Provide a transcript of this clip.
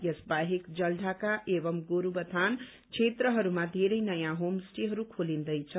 यस बाहेक जलढाका एवं गोरूबथान क्षेत्रहरूमा वेरै नयाँ होम स्टेहरू खोलिन्दैछ